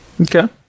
Okay